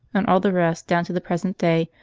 and all the rest, down to the present day,